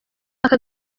aka